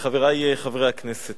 חברי חברי הכנסת,